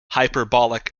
hyperbolic